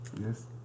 Yes